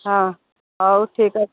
ହଁ ହଉ ଠିକ୍ ଅଛି